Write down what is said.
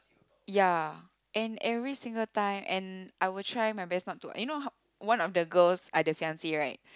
ya and every single time and I will try my best not to and you know one of the girls are the fiance right